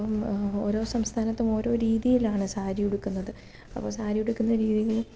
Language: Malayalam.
ഓരോ സംസ്ഥാനത്തും ഓരോ രീതിയിലാണ് സാരി ഉടുക്കുന്നത് അപ്പോള് സാരി ഉടുക്കുന്ന രീതി